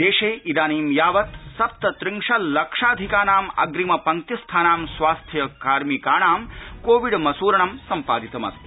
देशे इदानीं यावत् सप्त त्रिंशल्लक्षाधिकानाम् अग्रिम पंक्तिस्थानां स्वास्थ्य कार्मिकाणां कोविड् मसूरणं सम्पादितमस्ति